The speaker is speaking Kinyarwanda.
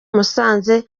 musanze